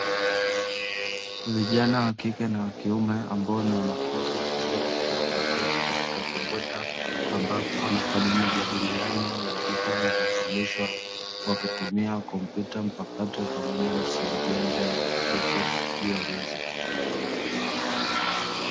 Vijana wa kike na wa kiume ambao ni wanafunzi wa chuo wakiwa wameketi katika vimbweta, ambapo wanafanya majadiliano ya vitu walivyofundishwa, wakitumia kompyuta mpakato pamoja na simu janja zilizopo juu ya meza.